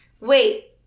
Wait